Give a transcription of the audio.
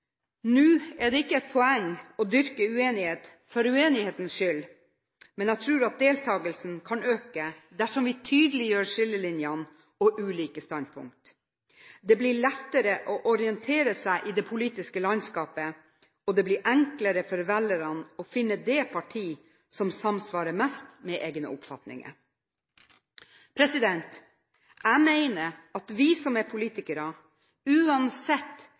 Nå er det ikke et poeng å dyrke uenighet for uenighetens skyld, men jeg tror at deltakelsen kan øke dersom vi tydeliggjør skillelinjer og ulike standpunkt. Det blir lettere å orientere seg i det politiske landskapet, og det blir enklere for velgerne å finne det partiet som samsvarer mest med egne oppfatninger. Jeg mener at vi som er politikere, uansett